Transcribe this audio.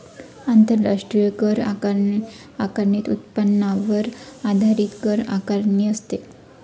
आंतरराष्ट्रीय कर आकारणीत उत्पन्नावर आधारित कर आकारणी असते